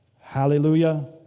Hallelujah